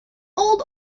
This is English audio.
old